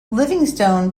livingstone